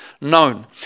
known